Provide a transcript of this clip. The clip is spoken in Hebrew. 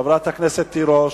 חברת הכנסת תירוש.